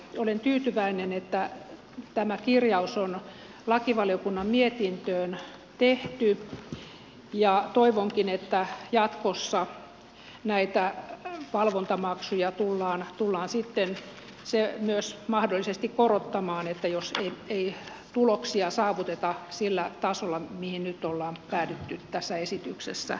olen tyytyväinen että tämä kirjaus on lakivaliokunnan mietintöön tehty ja toivonkin että jatkossa näitä valvontamaksuja tullaan mahdollisesti myös korottamaan jos ei tuloksia saavuteta sillä tasolla mihin nyt on päädytty tässä esityksessä